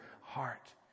heart